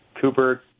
Cooper